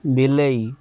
ବିଲେଇ